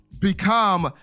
become